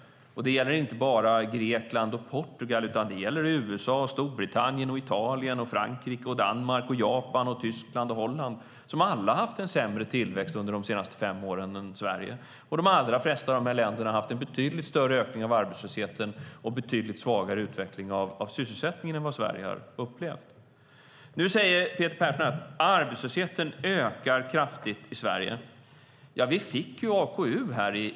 Det gäller inte bara Grekland och Portugal utan även USA, Storbritannien, Italien, Frankrike, Danmark, Japan, Tyskland och Holland, som alla haft en sämre tillväxt än Sverige de senaste fem åren. De allra flesta av dessa länder har haft en betydligt större ökning av arbetslösheten och en betydligt svagare utveckling av sysselsättningen än vad Sverige upplevt. Peter Persson säger också att arbetslösheten ökar kraftigt i Sverige. Vi fick AKU i veckan.